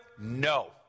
no